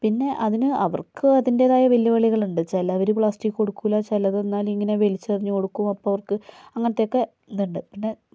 പിന്നെ അതിന് അവർക്ക് അതിൻറ്റേതായ വെല്ലുവിളികളുണ്ട് ചിലവര് പ്ലാസ്റ്റിക് കൊടുക്കുലാ ചെലതെന്നാൽ ഇങ്ങനെ വലിച്ചെറിഞ്ഞു കൊടുക്കും അപ്പോൾ അവർക്ക് അങ്ങനത്തെയൊക്കെ ഇതുണ്ട് പിന്നെ